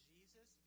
Jesus